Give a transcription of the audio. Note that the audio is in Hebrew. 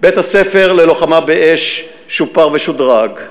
בית-הספר ללוחמה באש שופר ושודרג,